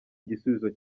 igisubizo